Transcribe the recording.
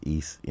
East